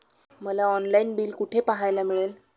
मला online bill कुठे पाहायला मिळेल?